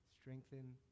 strengthen